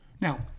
now